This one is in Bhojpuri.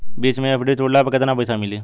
बीच मे एफ.डी तुड़ला पर केतना पईसा मिली?